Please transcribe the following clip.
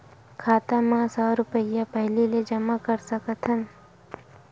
खाता मा सौ रुपिया पहिली जमा कर सकथन?